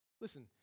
listen